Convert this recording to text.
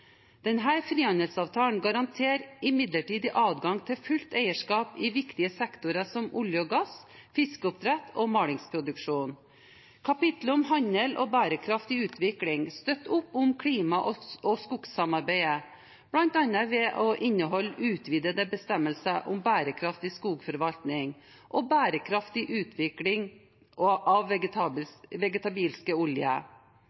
frihandelsavtalen garanterer imidlertid adgang til fullt eierskap i viktige sektorer som olje og gass, fiskeoppdrett og malingsproduksjon. Kapittelet om handel og bærekraftig utvikling støtter opp om klima- og skogssamarbeidet bl.a. ved å inneholde utvidede bestemmelser om bærekraftig skogforvaltning og bærekraftig utvikling av